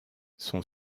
son